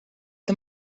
the